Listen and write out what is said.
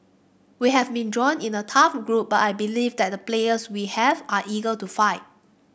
we have been drawn in a tough group but I believe that the players we have are eager to fight